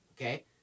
okay